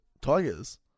Tigers